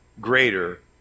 greater